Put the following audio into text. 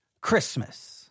Christmas